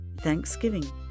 Thanksgiving